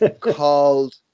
called